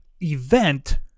event